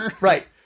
Right